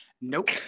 nope